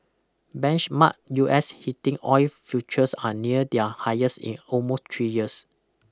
benchmark U S heating oil futures are near their highest in almost three years